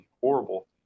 horrible